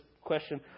question